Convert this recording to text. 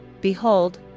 Behold